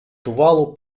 тувалу